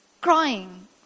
crying